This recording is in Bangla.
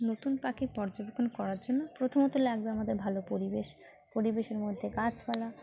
নতুন পাখি পর্যবেক্ষণ করার জন্য প্রথমত লাগবে আমাদের ভালো পরিবেশ পরিবেশের মধ্যে গাছপালা